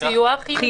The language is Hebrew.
מתן סיוע חיוני.